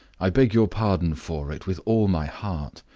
i beg your pardon for it, with all my heart.